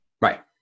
Right